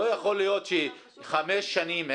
לא יכול להיות שחמש שנים,